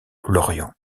lorient